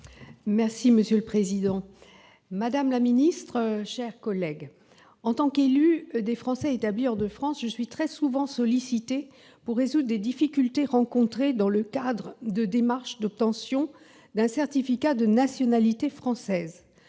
ministre de la justice. Madame la ministre, en tant qu'élue des Français établis hors de France, je suis très souvent sollicitée pour résoudre des difficultés rencontrées dans le cadre de démarches d'obtention d'un certificat de nationalité française.